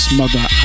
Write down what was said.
mother